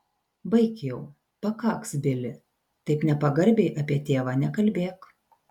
baik jau pakaks bili taip nepagarbiai apie tėvą nekalbėk